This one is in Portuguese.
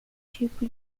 tipo